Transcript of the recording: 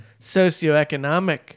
socioeconomic